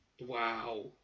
wow